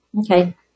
Okay